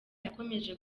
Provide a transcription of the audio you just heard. yakomeje